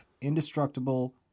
Indestructible